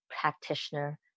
practitioner